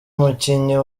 umukinnyi